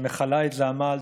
שמכלה את זעמה על